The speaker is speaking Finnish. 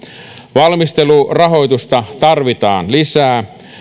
valmistelurahoitusta tarvitaan lisää